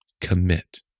Commit